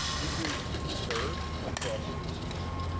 this is conserved across species.